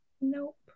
Nope